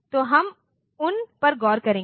तो हम उन पर गौर करेंगे